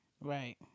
Right